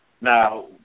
Now